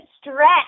stretch